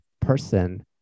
person